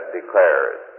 declares